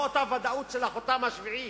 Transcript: לא אותה ודאות של "החותם השביעי",